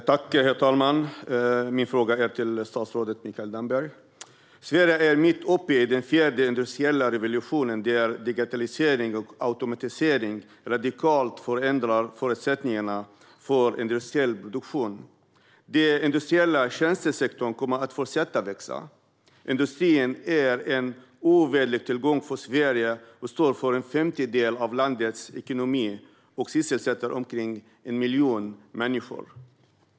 Herr talman! Min fråga går till statsrådet Mikael Damberg. Sverige är mitt uppe i den fjärde industriella revolutionen, där digitalisering och automatisering radikalt förändrar förutsättningarna för industriell produktion. Den industriella tjänstesektorn kommer att fortsätta att växa. Industrin är en ovärderlig tillgång för Sverige. Den står för en femtedel av landets ekonomi och sysselsätter omkring 1 miljon människor.